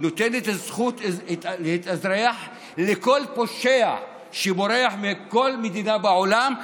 נותנת זכות להתאזרח לכל פושע שבורח מכל מדינה בעולם,